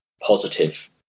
positive